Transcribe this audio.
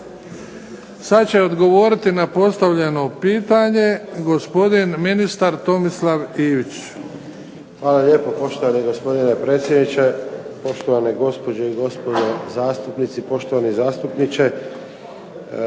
Sad će odgovoriti na postavljeno pitanje gospodin ministar Tomislav Ivić. **Ivić, Tomislav (HDZ)** Hvala lijepo. Poštovani gospodine predsjedniče, poštovane gospođe i gospodo zastupnici, poštovani zastupniče.